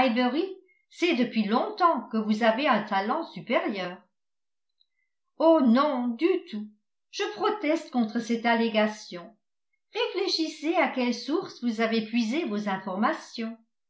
sait depuis longtemps que vous avez un talent supérieur oh non du tout je proteste contre cette allégation réfléchissez à quelle source vous avez puisé vos informations